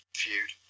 feud